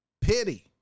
Pity